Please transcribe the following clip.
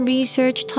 Research